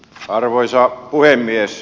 arvoisa puhemies